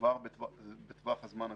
כבר בטווח הזמן הקרוב.